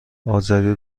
آذری